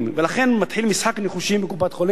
ולכן מתחיל "משחק ניחושים" בקופת-החולים,